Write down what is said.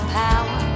power